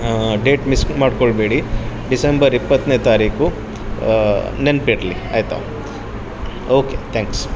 date miss ಮಾಡ್ಕೊಳ್ಬೇಡಿ December ಇಪ್ಪತ್ತನೇ ತಾರೀಖು ನೆನಪಿರ್ಲಿ ಆಯಿತಾ ಓಕೆ ಥ್ಯಾಂಕ್ಸ್